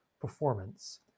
performance